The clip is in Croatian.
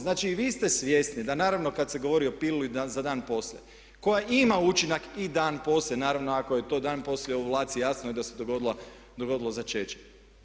Znači vi ste svjesni da naravno kad se govori o piluli za dan poslije koja ima učinak i dan poslije naravno ako je to dan poslije ovulacije, jasno je da se dogodilo začeće.